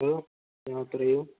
hello ആ പറയൂ